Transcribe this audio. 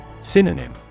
Synonym